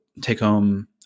take-home